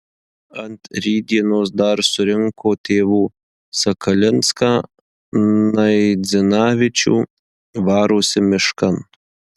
ant rytdienos dar surinko tėvų sakalinską naidzinavičių varosi miškan